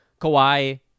Kawhi